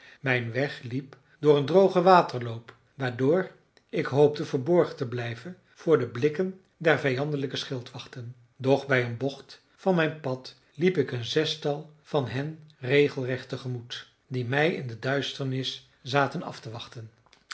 mijn weg liep door een drogen waterloop waardoor ik hoopte verborgen te blijven voor de blikken der vijandelijke schildwachten doch bij een bocht van mijn pad liep ik een zestal van hen regelrecht tegemoet die mij in de duisternis zaten af te wachten